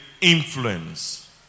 influence